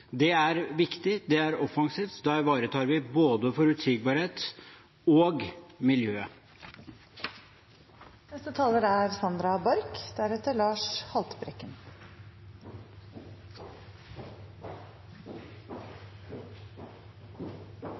Det er viktig, det er offensivt – da ivaretar vi både forutsigbarhet og miljøet. Forslagsstillerne tar til orde for at det er